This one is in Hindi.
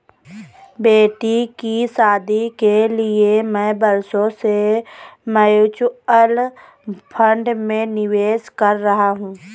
बेटी की शादी के लिए मैं बरसों से म्यूचुअल फंड में निवेश कर रहा हूं